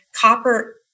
copper